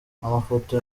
amafoto